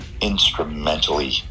instrumentally